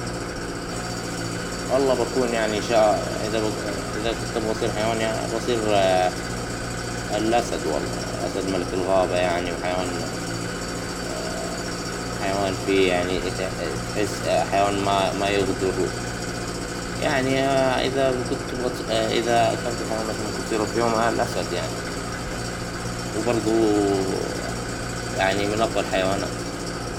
والله بكون يعنى شاة ، إذا كنت بصير حيوان يعنى بصير الأسد والله ، الأسد ملك الغابة يعنى و حيوان حيوان فى يعنى تحس حيوان ما يغدر يعنى إذا كت بط - إذا كان فى حيوان مثلاً ممكن اصيره فى يوم الأسد يعنى وبرظوا من أقوى الحيوانات.